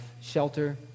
shelter